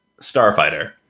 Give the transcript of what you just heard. Starfighter